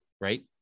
right